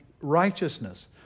righteousness